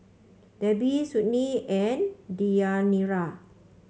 Debbi Sydnee and Deyanira